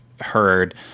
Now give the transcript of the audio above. heard